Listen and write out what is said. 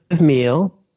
meal